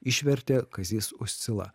išvertė kazys uscila